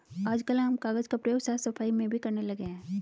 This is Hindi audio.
आजकल हम कागज का प्रयोग साफ सफाई में भी करने लगे हैं